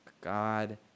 god